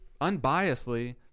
unbiasedly